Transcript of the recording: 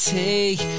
take